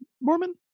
Mormon